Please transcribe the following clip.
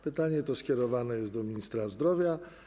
Pytanie to skierowane jest do ministra zdrowia.